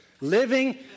Living